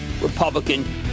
Republican